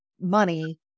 money